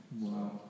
Wow